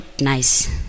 nice